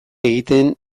egiten